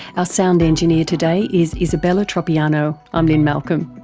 ah sound engineer today is isabella tropiano. i'm lynne malcolm.